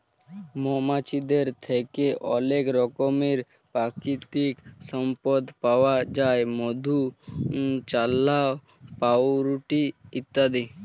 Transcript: মমাছিদের থ্যাকে অলেক রকমের পাকিতিক সম্পদ পাউয়া যায় মধু, চাল্লাহ, পাউরুটি ইত্যাদি